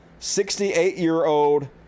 68-year-old